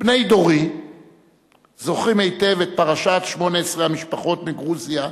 בני דורי זוכרים היטב את פרשת 18 המשפחות מגרוזיה,